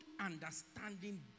understanding